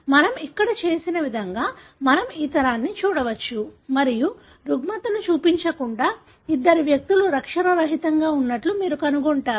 మనము ఇక్కడ చేసిన విధంగానే మేము ఈ తరాన్ని చూడవచ్చు మరియు రుగ్మతను చూపించకుండా ఇద్దరు వ్యక్తులు లక్షణరహితంగా ఉన్నట్లు మీరు కనుగొంటారు